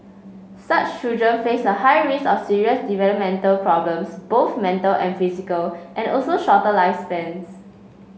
such children face a high risk of serious developmental problems both mental and physical and also shorter lifespans